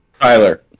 Tyler